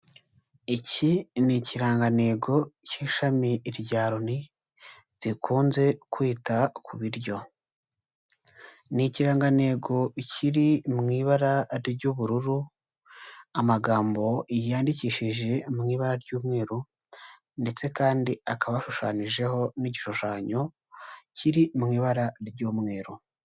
Iki ni ikirangantego cy'ishami rya roni rikunze kwita ku biryo, ni ikirangantego ikiri mu ibara ry'ubururu, amagambo yandikishije mu ibara ry'umweru ndetse kandi hakaba hashushanyijeho n'igishushanyo kiri mu ibara ry'umweru.